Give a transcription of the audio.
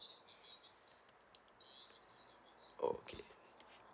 oh okay